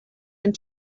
and